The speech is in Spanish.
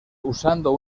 usando